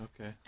Okay